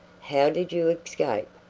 how did you escape?